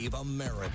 America